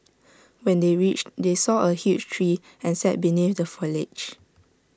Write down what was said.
when they reached they saw A huge tree and sat beneath the foliage